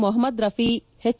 Mohammed Rafi H